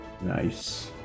Nice